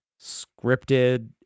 scripted